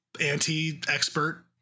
anti-expert